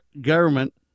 government